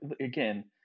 again